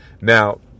Now